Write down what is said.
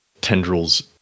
Tendrils